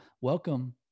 welcome